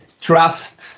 trust